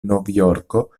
novjorko